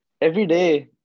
everyday